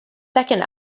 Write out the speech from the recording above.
second